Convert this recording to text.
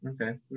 okay